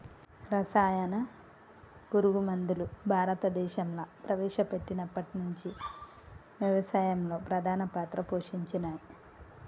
రసాయన పురుగు మందులు భారతదేశంలా ప్రవేశపెట్టినప్పటి నుంచి వ్యవసాయంలో ప్రధాన పాత్ర పోషించినయ్